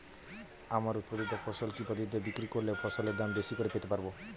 আমার উৎপাদিত ফসল কি পদ্ধতিতে বিক্রি করলে ফসলের দাম বেশি করে পেতে পারবো?